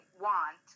want